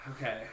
Okay